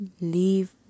Leave